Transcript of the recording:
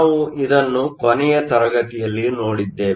ನಾವು ಇದನ್ನು ಕೊನೆಯ ತರಗತಿಯಲ್ಲಿ ನೋಡಿದ್ದೇವೆ